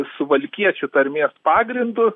suvalkiečių tarmės pagrindu